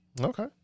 Okay